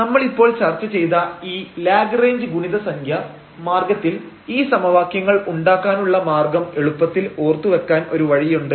നമ്മൾ ഇപ്പോൾ ചർച്ച ചെയ്ത ഈ ലാഗ്റേഞ്ച് ഗുണിത സംഖ്യ മാർഗ്ഗത്തിൽ ഈ സമവാക്യങ്ങൾ ഉണ്ടാക്കാനുള്ള മാർഗ്ഗം എളുപ്പത്തിൽ ഓർത്തു വെക്കാൻ ഒരു വഴിയുണ്ട്